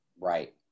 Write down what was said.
Right